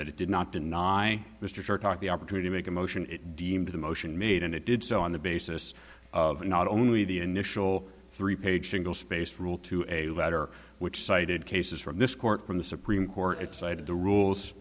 that it did not deny mr chertoff the opportunity make a motion it deemed the motion made and it did so on the basis of not only the initial three page single spaced rule to a letter which cited cases from this court from the supreme court decided the rules